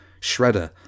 Shredder